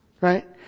right